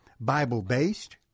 Bible-based